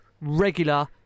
regular